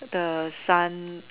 the sun